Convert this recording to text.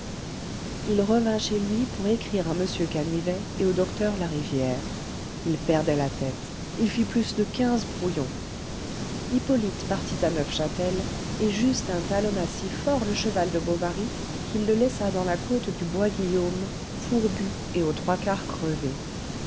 il revint chez lui pour écrire à m canivet et au docteur larivière il perdait la tête il fit plus de quinze brouillons hippolyte partit à neufchâtel et justin talonna si fort le cheval de bovary qu'il le laissa dans la côte du bois guillaume fourbu et aux trois quarts crevé